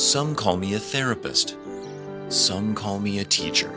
some call me a therapist song call me a teacher